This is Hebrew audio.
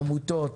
עמותות.